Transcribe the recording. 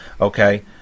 okay